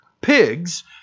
Pigs